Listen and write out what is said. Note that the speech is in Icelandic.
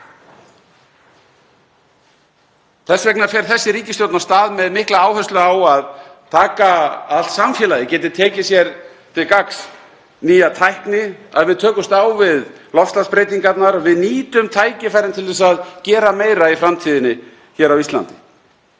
Þess vegna fer þessi ríkisstjórn af stað með mikla áherslu á að allt samfélagið geti tekið sér til gagns nýja tækni, að við tökumst á við loftslagsbreytingarnar og að við nýtum tækifærin til að gera meira í framtíðinni hér á Íslandi.